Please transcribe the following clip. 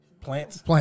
Plants